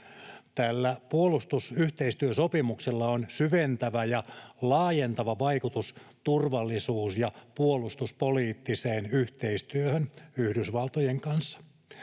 Tällä puolustusyhteistyösopimuksella on syventävä ja laajentava vaikutus turvallisuus- ja puolustuspoliittiseen yhteistyöhön Yhdysvaltojen kanssa.